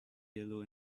yellow